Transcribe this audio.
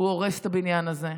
הוא הורס את הבניין הזה.